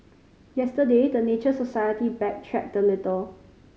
yesterday the Nature Society backtracked a little